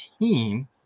team